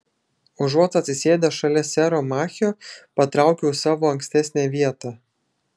užuot atsisėdęs šalia sero machio patraukiau į savo ankstesnę vietą